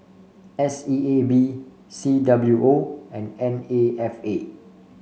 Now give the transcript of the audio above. S E A B C W O and N A F A